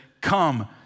come